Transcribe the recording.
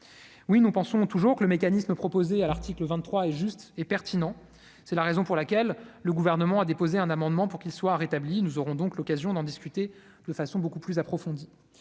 oui nous pensons toujours que le mécanisme proposé à l'article 23 et juste et pertinent, c'est la raison pour laquelle le gouvernement a déposé un amendement pour qu'il soit rétabli, nous aurons donc l'occasion d'en discuter de façon beaucoup plus approfondie